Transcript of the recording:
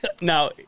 Now